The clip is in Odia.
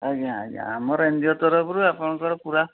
ଆଜ୍ଞା ଆଜ୍ଞା ଆମର ଏନ୍ ଜି ଓ ତରଫରୁ ଆପଣଙ୍କର ପୁରା